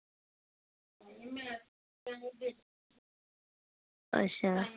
अच्छा